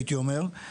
הייתי אומר,